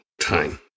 time